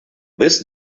this